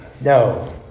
No